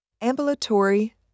Ambulatory